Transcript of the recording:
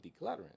decluttering